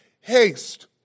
Haste